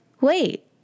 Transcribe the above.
wait